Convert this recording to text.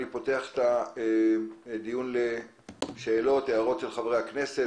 אני פותח את הדיון להערות ושאלות של חברי הכנסת.